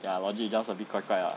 their logic just a bit 怪怪 lah